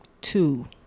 Two